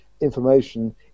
information